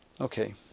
Okay